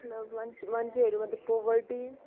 मतलब मान्च मान्छेहरू मतलब पोबर्टी